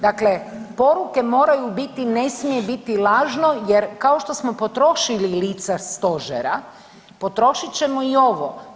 Dakle, poruke moraju biti ne smije biti lažno jer kao što smo potrošili lica stožera, potrošit ćemo i ovo.